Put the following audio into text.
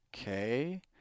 okay